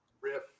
riff